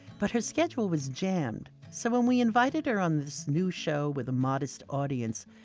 but her schedule was jammed. so when we invited her on this new show with a modest audience,